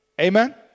Amen